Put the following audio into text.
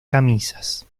camisas